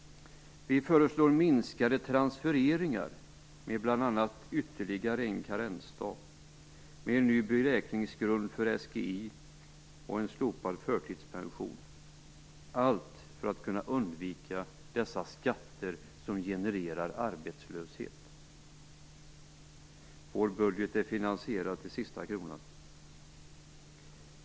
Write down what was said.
Vi föreslår minskade transfereringar med bl.a. ytterligare en karensdag, en ny beräkningsgrund för SGI och slopad förtidspension - allt för att kunna undvika dessa skatter, som genererar arbetslöshet. Vår budget är finansierad till sista kronan.